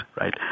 right